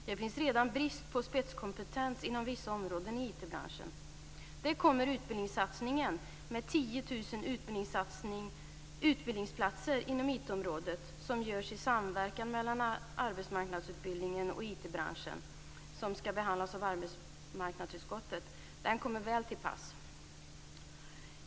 Det finns redan brist på spetskompetens inom vissa områden i IT branschen. Där kommer utbildningssatsningen med 10 000 utbildningsplatser inom IT-området väl till pass. Den görs i samverkan mellan arbetsmarknadsutbildningen och IT-branschen, och frågan skall senare behandlas i arbetsmarknadsutskottet.